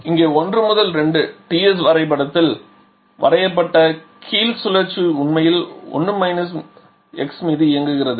இங்கே 1 முதல் 2 Ts வரைபடத்தில் வரையப்பட்ட கீழ் சுழற்சி உண்மையில் மீது இயங்குகிறது